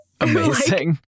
Amazing